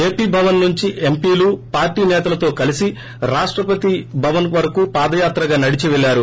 AP Bhavan నుంచి ఎంపీలు పార్టీల నేతలతో కలిసి రాష్టపతి భవస్ వరకు పాదయాత్రగా నడిచి పెళ్హరు